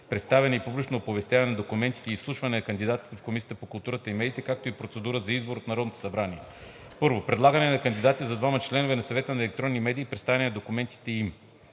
представяне и публичното оповестяване на документите и изслушване на кандидатите в Комисията по културата и медиите, както и процедурата за избор от Народното събрание: I. Предлагане на кандидати за двама членове на Съвета за електронни медии и представяне на документите им